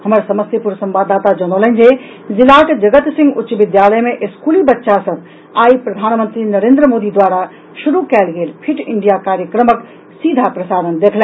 हमारे समस्तीपूर संवाददाता ने बताया कि जिले के जगत सिंह उच्च विद्यालय में स्कूली बच्चों ने आज प्रधानमंत्री नरेन्द्र मोदी द्वारा शुरू किया गया फिट इंडिया कार्यक्रम का सीधा प्रसारण देखा